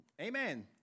Amen